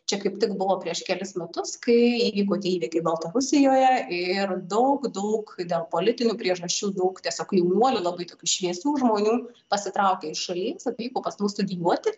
čia kaip tik buvo prieš kelis metus kai įvyko tie įvykiai baltarusijoje ir daug daug dėl politinių priežasčių daug tiesiog jaunuolių labai šviesių žmonių pasitraukė iš šalies atvyko pas mus studijuoti